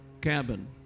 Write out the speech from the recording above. cabin